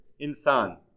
insan